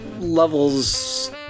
levels